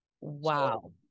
Wow